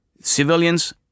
civilians